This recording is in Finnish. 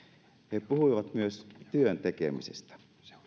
he puhuivat myös työn tekemisestä